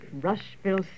Rushville